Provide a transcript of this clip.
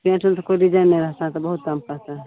paint ओन्ट कोइ design नहि रहतो तऽ बहुत कम कहतो